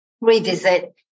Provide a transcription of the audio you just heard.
revisit